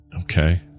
Okay